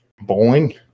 bowling